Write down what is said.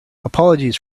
apologies